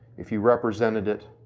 if you represented it,